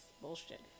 bullshit